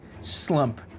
Slump